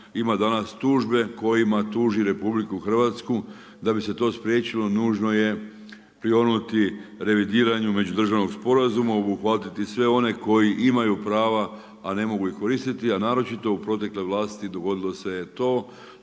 ima danas tužbe kojima tuže RH. Da bi se to spriječilo nužno je prionuti revidiranju međudržavnog sporazuma, obuhvatiti sve one koji imaju prava, a ne mogu ih koristiti. A naročito u protekloj vlasti dogodilo se je